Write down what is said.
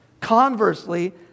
Conversely